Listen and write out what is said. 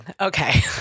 Okay